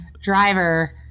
driver